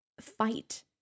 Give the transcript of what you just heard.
fight